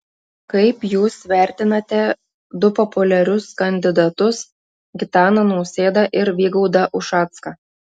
kaip jūs vertinate du populiarius kandidatus gitaną nausėdą ir vygaudą ušacką